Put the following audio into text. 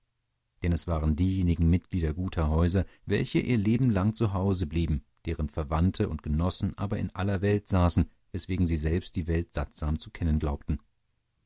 denn es waren diejenigen mitglieder guter häuser welche ihr leben lang zu hause blieben deren verwandte und genossen aber in aller welt saßen weswegen sie selbst die welt sattsam zu kennen glaubten